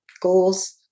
goals